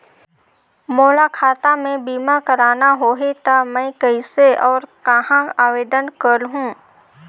मोला खाता मे बीमा करना होहि ता मैं कइसे और कहां आवेदन करहूं?